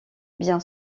bien